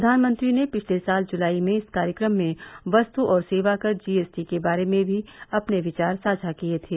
प्रवानमंत्री ने पिछले साल जुलाई में इस कार्यक्रम में वस्तु और सेवा कर जीएसटी के बारे में भी अपने विचार साझा किए थे